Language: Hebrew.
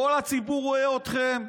כל הציבור רואה אתכם.